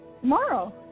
tomorrow